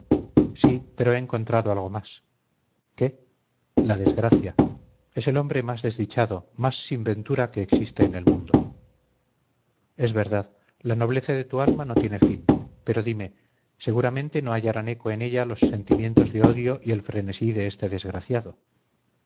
sí pero he encontrado algo más qué la desgracia es el hombre más desdichado más sin ventura que existe en el mundo es verdad la nobleza de tu alma no tiene fin pero dime seguramente no hallarán eco en ella los sentimientos de odio y el frenesí de este desgraciado